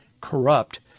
corrupt